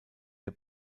der